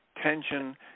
tension